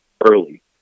early